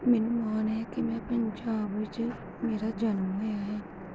ਮੈਨੂੰ ਮਾਣ ਹੈ ਕਿ ਮੈ ਪੰਜਾਬ ਵਿੱਚ ਮੇਰਾ ਜਨਮ ਹੋਇਆ ਹੈ